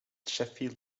sheffield